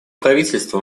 правительство